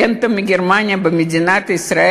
רנטה מגרמניה היא הכנסה במדינת ישראל?